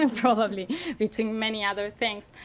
and probably between many other things.